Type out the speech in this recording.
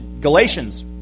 Galatians